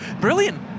brilliant